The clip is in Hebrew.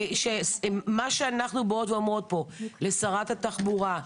מה שאנחנו באות ואומרות פה לשרת התחבורה: